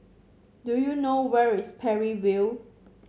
do you know where is Parry View